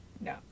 no